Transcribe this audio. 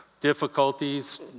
difficulties